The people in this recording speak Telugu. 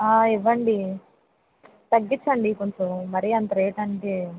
ఇవ్వండి తగ్గించండి కొంచెం మరి అంత రేట్ అంటే